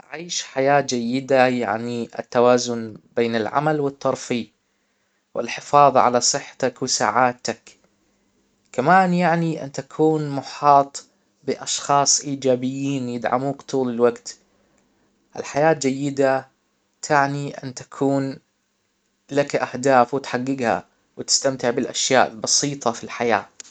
عيش حياة جيدة يعني التوازن بين العمل والترفيه والحفاظ على صحتك وسعادتك كمان يعني ان تكون محاط باشخاص ايجابيين يدعموك طول الوقت الحياة جيدة تعني ان تكون لك اهداف وتحججها وتستمتع بالاشياء البسيطة في الحياة